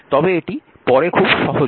তবে এটি পরে খুব সহজ হবে